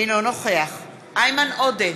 אינו נוכח איימן עודה,